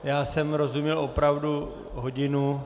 Já jsem rozuměl opravdu hodinu.